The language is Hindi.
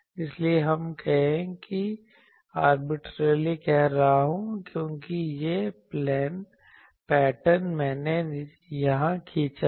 इसलिए हम कहें कि मैं आर्बिट्रेरीली कह रहा हूं क्योंकि यह पैटर्न मैंने यहां खींचा है